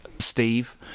Steve